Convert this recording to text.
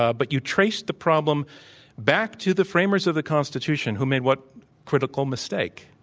ah but you trace the problem back to the framers of the constitution, who made what critical mistake?